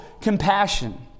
compassion